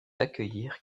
accueillir